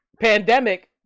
pandemic